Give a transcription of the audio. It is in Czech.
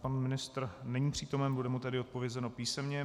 Pan ministr není přítomen, bude mu tedy odpovězeno písemně.